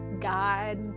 God